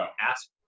ask